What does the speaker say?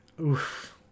Oof